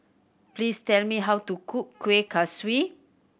please tell me how to cook Kueh Kaswi